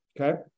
Okay